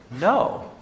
No